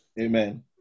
amen